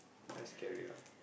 just carry on